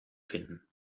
finden